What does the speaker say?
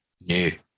new